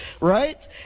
right